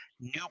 new